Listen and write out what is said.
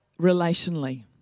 relationally